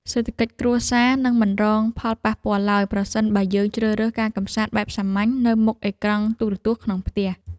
សេដ្ឋកិច្ចគ្រួសារនឹងមិនរងផលប៉ះពាល់ឡើយប្រសិនបើយើងជ្រើសរើសការកម្សាន្តបែបសាមញ្ញនៅមុខអេក្រង់ទូរទស្សន៍ក្នុងផ្ទះ។